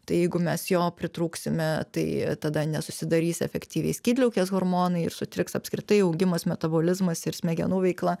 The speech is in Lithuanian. tai jeigu mes jo pritrūksime tai tada nesusidarys efektyviai skydliaukės hormonai ir sutriks apskritai augimas metabolizmas ir smegenų veikla